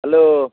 hello